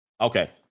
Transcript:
Okay